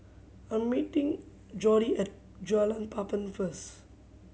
I meeting Jordy at Jalan Papan first